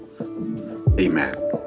Amen